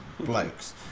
blokes